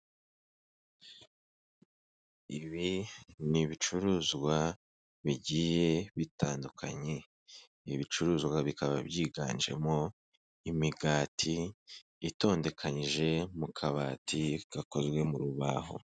Ibi ni ibicuruzwa bigiye bitandukanye, ibi bicuruzwa bikaba byiganjemo imigati itondekanije mu kabati gakozwe mu rubaho.